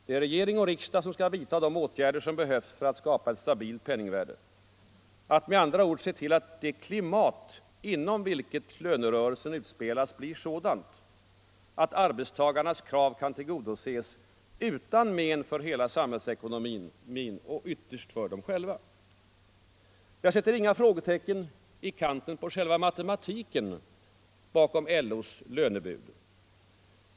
Det är regering och riksdag som skall vidta de åtgärder som behövs för att skapa ett stabilt penningvärde, att med andra ord se till att det klimat inom vilket lönerörelsen utspelas blir sådant, att arbetstagarnas krav kan tillgodoses utan men för hela samhällsekonomin och ytterst för dem själva. Jag sätter inga frågetecken för själva matematiken bakom LO:s lönebud.